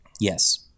yes